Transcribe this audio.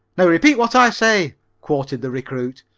now repeat what i say quoted the recruit.